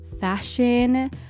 fashion